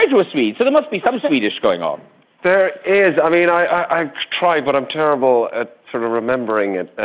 was sweet so there must be some swedish going on there is i mean, i i tried what i'm terrible at sort of remembering it